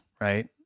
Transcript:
right